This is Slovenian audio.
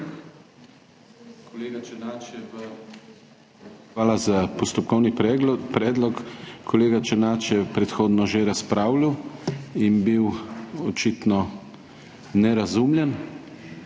Hvala za postopkovni predlog. Kolega Černač je predhodno že razpravljal in bil očitno nerazumljen.